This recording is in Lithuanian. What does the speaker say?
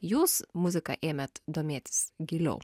jūs muzika ėmėt domėtis giliau